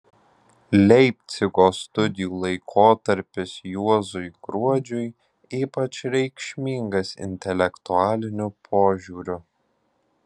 leipcigo studijų laikotarpis juozui gruodžiui ypač reikšmingas intelektualiniu požiūriu